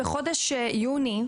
בחודש יוני,